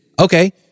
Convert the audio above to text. okay